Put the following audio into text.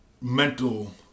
mental